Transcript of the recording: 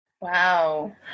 Wow